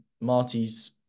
Marty's